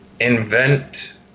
invent